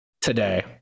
today